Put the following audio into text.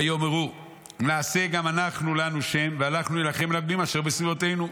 ויאמרו: נעשה גם אנחנו לנו שם והלכנו להילחם בגויים אשר בסביבותינו.